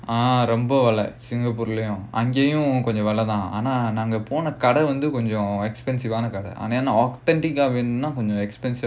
ah ரொம்ப வேலை:romba velai like singapore லையும் அங்கேயும் கொஞ்ச வேலைதான் ஆனா நாங்க போன கடை வந்து கொஞ்சம்:angaeyum konja velaithaan aanaa naanga pona kadai vandhu konjam expensive ஆன கடை:aanaa kadai authentic வேணும்னா கொஞ்சம்:venumnaa konjam expensive